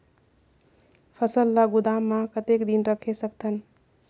फसल ला गोदाम मां कतेक दिन रखे सकथन?